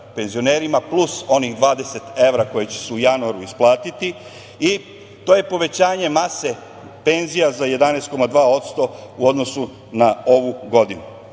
plus onih 20 evra koje će se u januaru isplatiti i to je povećanje mase penzija za 11,2% u odnosu na ovu